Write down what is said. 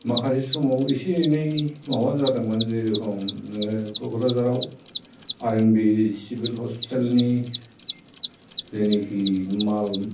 माखासे समाव एसे एनै माबा जादोंमोन जेर'खम नोङो क'क्राझार आव आर एन बि सिभिल हस्पिटेलनि जेनिखि माल